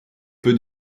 peu